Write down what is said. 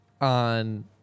on